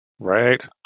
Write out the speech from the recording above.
Right